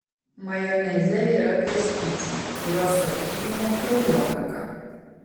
majoneze yra garstyčių kurios suaktyvina kraujotaką